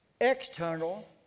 external